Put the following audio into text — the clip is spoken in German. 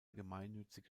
gemeinnützige